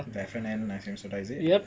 preference ice cream soda is it